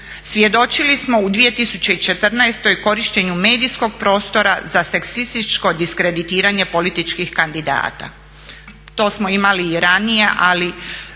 Svjedočili smo u 2014.korištenju medijskog prostora za seksističko diskreditiranje političkih kandidata. To smo imali i ranije, ali